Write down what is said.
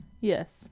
Yes